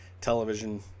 television